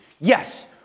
Yes